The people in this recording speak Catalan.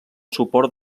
suport